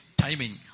timing